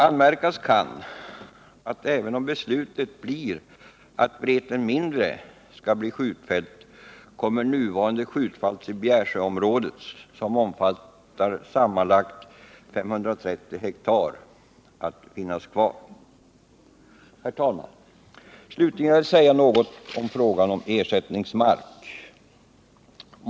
Anmärkas kan att även om beslutet blir att Vreten mindre skall bli skjutfält kommer nuvarande skjutplats i Bjärsjöområdet, som omfattar sammanlagt 530 hektar, att finnas kvar. Herr talman! Slutligen vill jag säga något om frågan om ersättningsmark.